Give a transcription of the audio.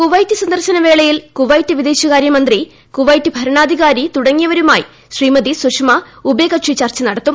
Kuwait സന്ദർശന വേളയിൽ Kuwait വിദേശകാര്യമന്ത്രി കുവൈറ്റ് ഭരണാധികാരി തുടങ്ങിയവരുമായി ശ്രീമതി സുഷമ ഉഭയകക്ഷി ചർച്ച നടത്തും